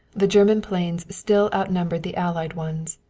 the german planes still outnumbered the allied ones.